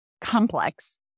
complex